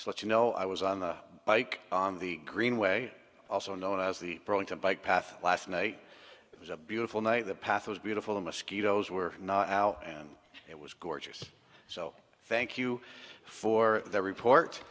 let's you know i was on the bike on the greenway also known as the burlington bike path last night it was a beautiful night the path was beautiful the mosquitoes were out and it was gorgeous so thank you for the report